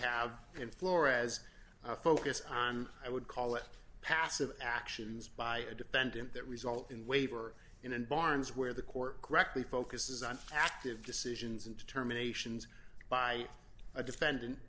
have in flores a focus on i would call it passive actions by a defendant that result in waiver in and barns where the court correctly focuses on active decisions and determinations by a defendant